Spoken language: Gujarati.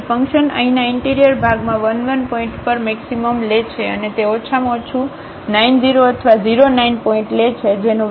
તેથી ફંક્શન અહીંના ઇન્ટિરિયર ભાગમાં 1 1 પોઇન્ટ પર મેક્સિમમ લે છે અને તે ઓછામાં ઓછું 9 0 અથવા 0 9 પોઇન્ટ લે છે જેનું વેલ્યુ છે 61